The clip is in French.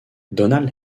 donald